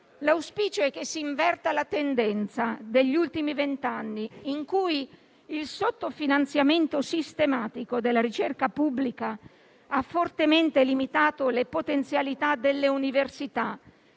L'auspicio è che si inverta la tendenza degli ultimi vent'anni in cui il sottofinanziamento sistematico della ricerca pubblica ha fortemente limitato le potenzialità delle università,